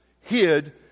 hid